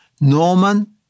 Norman